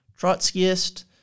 Trotskyist